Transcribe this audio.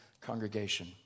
congregation